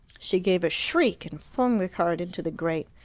she gave a shriek and flung the card into the grate.